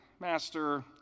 Master